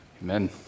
Amen